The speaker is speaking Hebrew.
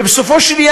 ובסופו של עניין,